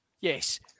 Yes